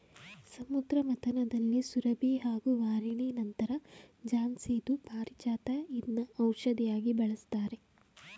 ಸಮುದ್ರ ಮಥನದಲ್ಲಿ ಸುರಭಿ ಹಾಗೂ ವಾರಿಣಿ ನಂತರ ಜನ್ಸಿದ್ದು ಪಾರಿಜಾತ ಇದ್ನ ಔಷ್ಧಿಯಾಗಿ ಬಳಸ್ತಾರೆ